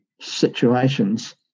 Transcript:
situations